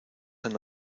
han